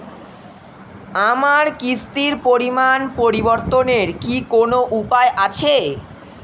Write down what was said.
আমার কিস্তির পরিমাণ পরিবর্তনের কি কোনো উপায় আছে?